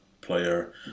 player